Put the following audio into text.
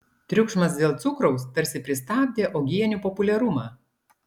triukšmas dėl cukraus tarsi pristabdė uogienių populiarumą